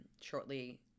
shortly